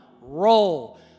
roll